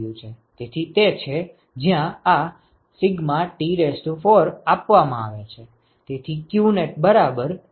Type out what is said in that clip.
તેથી તે છે જ્યાં આ σT4 આવે છે